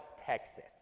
Texas